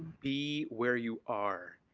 be where you are,